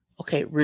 Okay